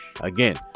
Again